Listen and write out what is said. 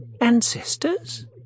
Ancestors